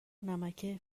نمکه